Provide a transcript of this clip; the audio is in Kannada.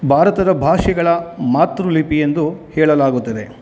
ಭಾರತದ ಭಾಷೆಗಳ ಮಾತೃ ಲಿಪಿ ಎಂದು ಹೇಳಲಾಗುತ್ತದೆ